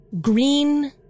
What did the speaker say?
green